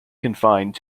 confined